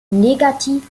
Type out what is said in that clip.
negativ